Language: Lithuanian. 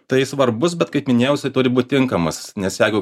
tai svarbus bet kaip minėjau jisai turi būt tinkamas nes jeigu